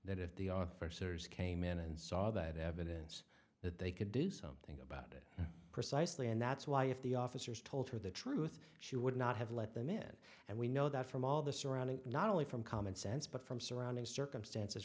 that if the offer sers came in and saw that evidence that they could do something about it precisely and that's why if the officers told her the truth she would not have let them in and we know that from all the surrounding not only from commonsense but from surrounding circumstances